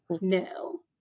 No